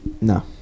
No